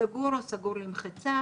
סגור או סגור למחצה,